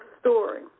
story